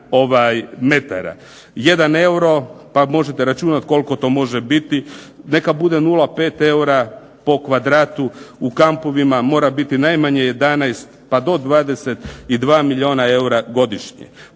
euro, pa možete računati koliko to može biti neka bude 0,5 eura po kvadratu, u kampovima mora biti najmanje 11 pa do 22 milijuna eura godišnje.